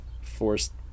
forced